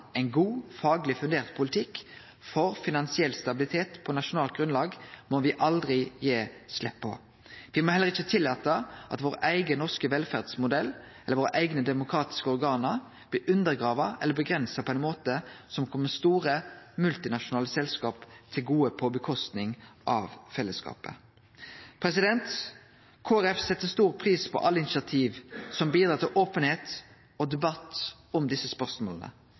ein god, faglig fundert politikk for finansiell stabilitet på nasjonalt grunnlag må me aldri gi slipp på. Me må heller ikkje tillate at vår eigen norske velferdsmodell eller våre eigne demokratiske organ blir undergravne eller avgrensa på ein måte som kjem store multinasjonale selskap til gode, og som går ut over fellesskapet. Kristeleg Folkeparti set stor pris på alle initiativ som bidrar til openheit og debatt om desse spørsmåla.